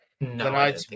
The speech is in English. No